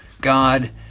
God